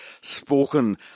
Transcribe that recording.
spoken